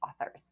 authors